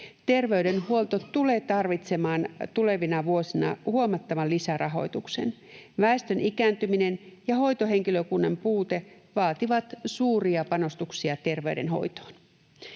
Terveydenhuolto tulee tarvitsemaan tulevina vuosina huomattavan lisärahoituksen. Väestön ikääntyminen ja hoitohenkilökunnan puute vaativat suuria panostuksia terveydenhoitoon.